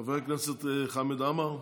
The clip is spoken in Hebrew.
חבר הכנסת חמד עמאר,